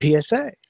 PSA